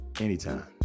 Anytime